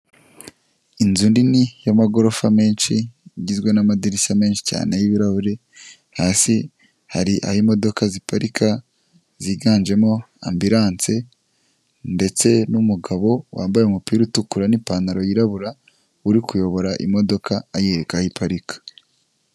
Inzu nini y'amagorofa menshi igizwe n'amadirishya menshi cyane y'ibirahuri, hasi hari aho imodoka ziparika ziganjemo ambulance ndetse n'umugabo wambaye umupira utukura n'ipantaro yirabura, uri kuyobora imodoka ayereka aho iparika.